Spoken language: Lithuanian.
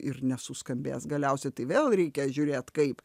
ir nesuskambės galiausiai tai vėl reikia žiūrėt kaip